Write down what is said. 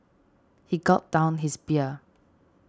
he gulped down his beer